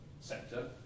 sector